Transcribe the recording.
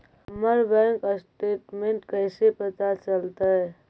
हमर bank statement कैसे पता चलतै?